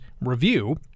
review